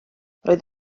roedd